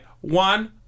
One